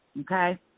okay